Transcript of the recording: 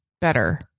better